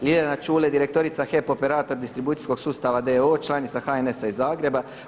Ljiljana Čule, direktorica HEP operator distribucijskog sustava d.o.o. članica HNS-a iz Zagreba.